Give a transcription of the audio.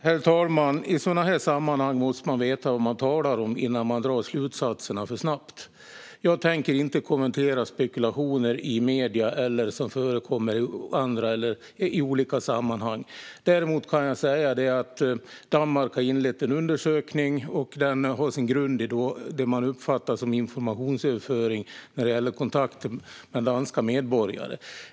Fru talman! I sådana här sammanhang måste man veta vad man talar om innan man drar slutsatserna för snabbt. Jag tänker inte kommentera spekulationer i medier eller sådant som förekommer i olika sammanhang. Däremot kan jag säga att Danmark har inlett en undersökning, och den har sin grund i det man uppfattar som informationsöverföring när det gäller kontakter med danska medborgare.